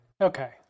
Okay